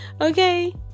Okay